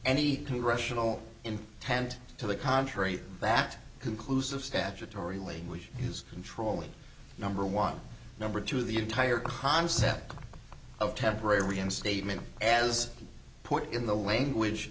any congressional intent to the contrary that conclusive statutory language use controlling number one number two the entire concept of temporary reinstatement as put in the language